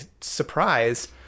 surprise